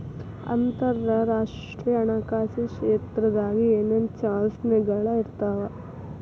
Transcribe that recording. ಅಂತರರಾಷ್ಟ್ರೇಯ ಹಣಕಾಸಿನ್ ಕ್ಷೇತ್ರದಾಗ ಏನೇನ್ ಚಾಲೆಂಜಸ್ಗಳ ಇರ್ತಾವ